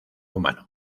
humano